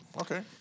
okay